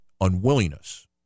unwillingness